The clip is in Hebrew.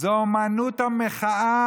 זאת אומנות המחאה,